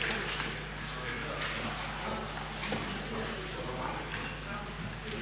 Hvala i vama.